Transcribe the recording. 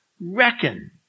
reckon